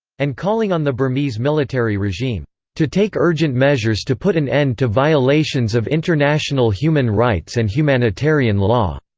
and calling on the burmese military regime to take urgent measures to put an end to violations of international human rights and humanitarian law.